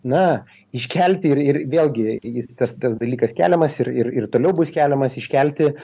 na iškelti ir ir vėlgi jis tas tas dalykas keliamas ir ir ir toliau bus keliamas iškelti